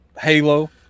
Halo